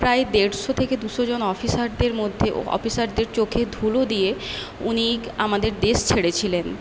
প্রায় দেড়শো থেকে দুশো জন অফিসারদের মধ্যে অফিসারদের চোখে ধুলো দিয়ে উনি আমাদের দেশ ছেড়ে ছিলেন